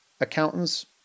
accountants